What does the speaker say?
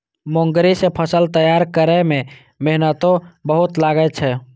मूंगरी सं फसल तैयार करै मे मेहनतो बहुत लागै छै